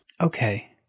Okay